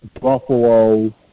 Buffalo